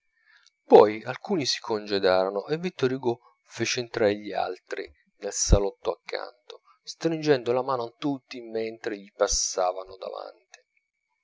poi alcuni si congedarono e vittor hugo fece entrar gli altri nel salotto accanto stringendo la mano a tutti mentre gli passavano davanti